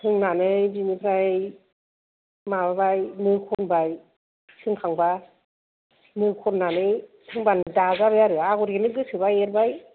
सोंनानै बिनिफ्राय माबाबाय नो खनबाय सोंखांबा नो खननानै सोंबानो दाजाबाय आरो आगर एरनो गोसोबा एरबाय